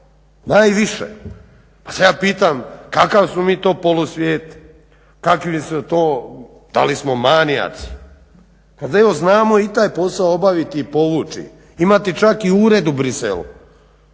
najviše. Pa se ja pitam kakav smo mi to polusvijet, kakvi smo to? da li smo manijaci? Kada evo znamo i taj posao obaviti i povući, imati čak i uredu Bruxellesu.